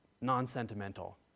non-sentimental